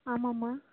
ஆமாம்மா